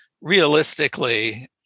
realistically